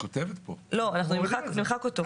אנחנו נוריד את התיקון הזה.